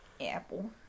Apple